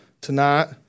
tonight